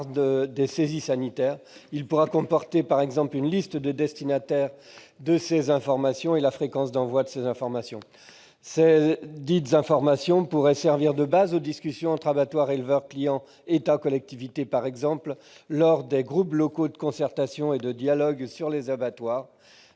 pourra fixer la liste des destinataires de ces informations et la fréquence de leur envoi. Ces informations pourront servir de base aux discussions entre abattoirs, éleveurs, clients, État et collectivités, par exemple lors des groupes locaux de concertation et de dialogue sur les abattoirs-